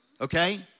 okay